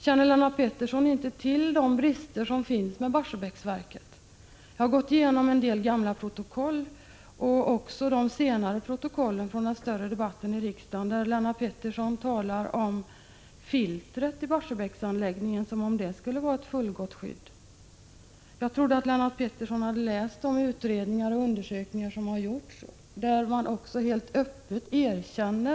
Känner Lennart Pettersson inte till Barsebäcksverkets brister? Jag har gått igenom en del gamla protokoll och också protokoll av ganska sent datum från den större debatten i vår där Lennart Pettersson talade om filtret i Barsebäcksanläggningen som om det skulle utgöra ett fullgott skydd. Jag trodde att Lennart Pettersson hade läst rapporter från de utredningar och undersökningar som har genomförts och där bristerna öppet erkänns.